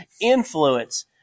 influence